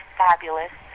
fabulous